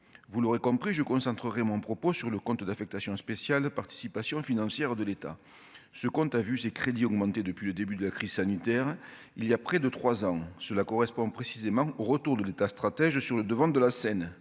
vous l'aurez compris je concentrerai mon propos sur le compte d'affectation spéciale Participations financières de l'État, ce compte a vu ses crédits augmenter depuis le début de la crise sanitaire, il y a près de 3 ans, cela correspond précisément au retour de l'État, stratège sur le devant de la scène